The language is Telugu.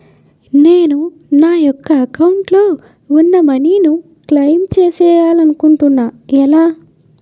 నేను నా యెక్క అకౌంట్ లో ఉన్న మనీ ను క్లైమ్ చేయాలనుకుంటున్నా ఎలా?